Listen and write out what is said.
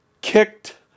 kicked